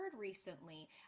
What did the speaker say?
recently